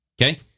Okay